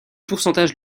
pourcentage